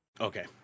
Okay